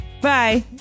Bye